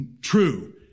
true